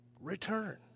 return